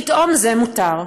פתאום זה מותר.